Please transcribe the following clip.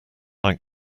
like